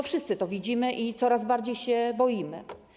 Wszyscy to widzimy i coraz bardziej się boimy.